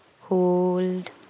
hold